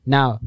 Now